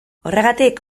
horregatik